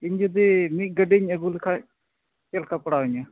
ᱤᱧ ᱡᱩᱫᱤ ᱢᱤᱫ ᱜᱟᱹᱰᱤᱧ ᱟᱹᱜᱩ ᱞᱮᱠᱷᱟᱡ ᱪᱮᱫ ᱞᱮᱠᱟ ᱯᱟᱲᱟᱣ ᱟᱹᱧᱟᱹ